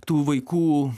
tų vaikų